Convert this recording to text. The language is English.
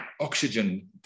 oxygen